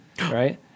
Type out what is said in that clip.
right